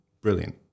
Brilliant